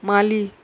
माली